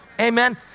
Amen